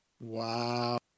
Wow